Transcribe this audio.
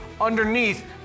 underneath